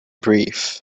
brief